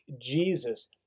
Jesus